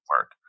work